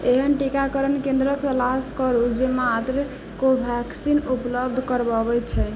एहन टीकाकरण केन्द्रक तलाश करू जे मात्र कोवेक्सिन उपलब्ध करवबैत छै